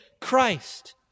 Christ